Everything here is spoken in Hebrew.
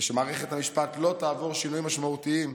ושמערכת המשפט לא תעבור שינויים משמעותיים.